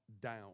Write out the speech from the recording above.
down